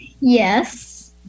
Yes